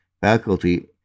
faculty